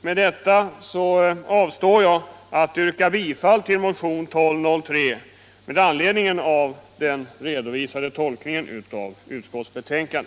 Med anledning av den redovisade tolkningen av utskottsbetänkandet avstår jag från att yrka bifall till motionen 1975/76:1203.